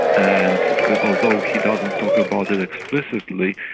and although he doesn't talk about it explicitly,